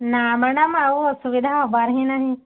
ନା ମ୍ୟାଡ଼ାମ୍ ଆଉ ଅସୁବିଧା ହେବାର ହିଁ ନାହିଁ